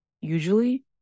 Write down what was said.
Usually